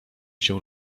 się